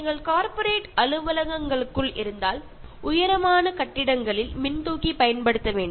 നിങ്ങൾ വലിയ വ്യാവസായിക സ്ഥാപനങ്ങളിൽ ജോലി ചെയ്യുന്നവരാണെങ്കിൽ വലിയ കെട്ടിടങ്ങളിലേക്ക് കയറുമ്പോൾ ലിഫ്റ്റ് ഉപയോഗിക്കാതിരിക്കുക